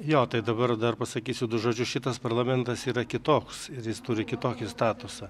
jo tai dabar dar pasakysiu du žodžius šitas parlamentas yra kitoks ir jis turi kitokį statusą